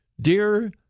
Dear